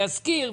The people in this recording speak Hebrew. ישכיר,